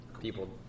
People